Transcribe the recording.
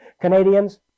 canadians